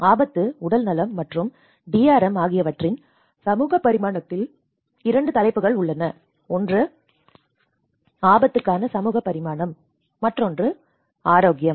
ஆபத்து உடல்நலம் மற்றும் DRM ஆகியவற்றின் சமூக பரிமாணத்தில் 2 தலைப்புகள் உள்ளன அதில் ஒன்று ஆபத்துக்கான சமூக பரிமாணம் மற்றும் ஆரோக்கியம்